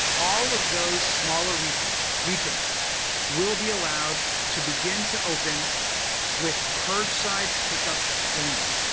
all of those smaller retailers retailers will be allowed to begin to open with curbside pickup only.